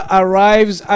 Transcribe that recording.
arrives